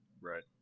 Right